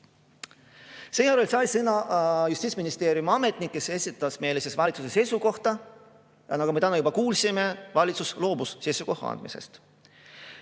Seejärel sai sõna Justiitsministeeriumi ametnik, kes esitas meile valitsuse seisukoha. Nagu me täna kuulsime, valitsus loobus seisukoha andmisest.